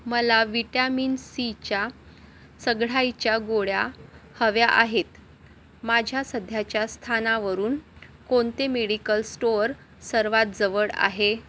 मला व्हिटॅमिन सीच्या चघळायच्या गोळ्या हव्या आहेत माझ्या सध्याच्या स्थानावरून कोणते मेडिकल स्टोअर सर्वात जवळ आहे